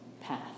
path